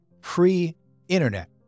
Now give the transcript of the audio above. pre-internet